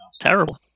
terrible